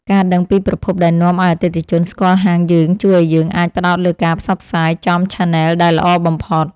ការដឹងពីប្រភពដែលនាំឱ្យអតិថិជនស្គាល់ហាងយើងជួយឱ្យយើងអាចផ្ដោតលើការផ្សព្វផ្សាយចំឆានែលដែលល្អបំផុត។